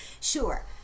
sure